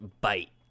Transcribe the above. bite